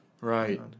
Right